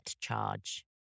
charge